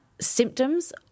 symptoms